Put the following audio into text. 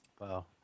Wow